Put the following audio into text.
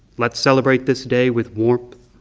let's celebrate this day with warmth,